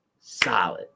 solid